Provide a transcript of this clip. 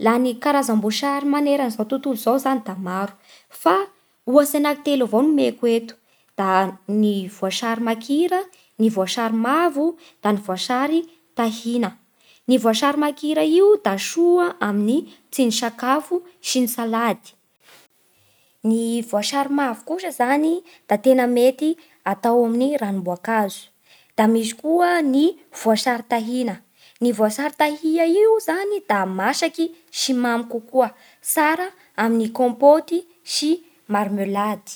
Laha ny karazam-boasary maneran izao tontolo izao zany da maro fa ohatsy anakitelo avao no omeko eto: da ny voasary makira, ny voasary mavo, da ny voasary tahina. Ny voasary makira io da soa amin'ny tsindrin-tsakafo sy ny salady. Ny voasary mavo kosa zany da tena mety atao amin'ny ranom-boankazo. Da misy koa ny voasary tahina. Ny voasary tahia io zany da masaky sy mamy kokoa, tsara amin'ny kômpôty sy marmelade.